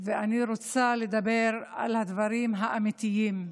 ואני רוצה לדבר על הדברים האמיתיים.